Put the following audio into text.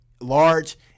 large